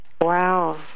Wow